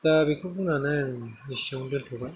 दा बेखौ बुंनानै आं एसेयावनो दोनथ'बाय